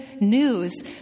news